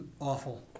Awful